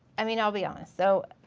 i mean i'll be honest. so,